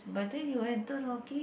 but then you enter hockey